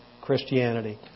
Christianity